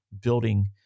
building